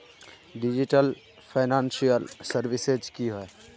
Digital financial services की होय?